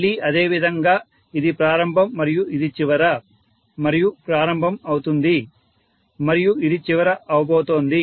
మళ్లీ అదే విధంగా ఇది ప్రారంభం మరియు ఇది చివర మరియు ప్రారంభం అవుతుంది మరియు ఇది చివర అవబోతోంది